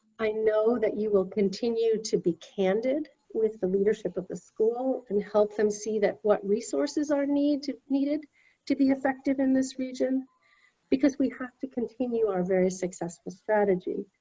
i know that you will continue to be candid with the leadership of the school and help them see that what resources are needed needed to be effective in this region because we have to continue our very successful strategy,